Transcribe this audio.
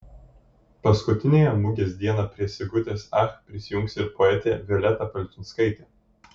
paskutiniąją mugės dieną prie sigutės ach prisijungs ir poetė violeta palčinskaitė